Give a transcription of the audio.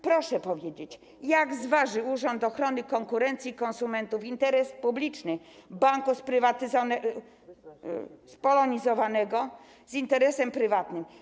Proszę powiedzieć, jak Urząd Ochrony Konkurencji i Konsumentów zważy interes publiczny banku spolonizowanego z interesem prywatnym.